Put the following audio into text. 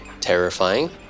terrifying